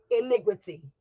iniquity